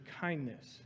kindness